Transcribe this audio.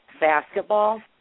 basketball